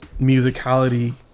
musicality